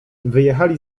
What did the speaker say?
wyjechali